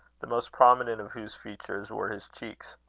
the most prominent of whose features were his cheeks.